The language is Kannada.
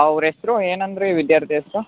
ಅವರ ಹೆಸರು ಏನಂದ್ರಿ ವಿದ್ಯಾರ್ಥಿ ಹೆಸರು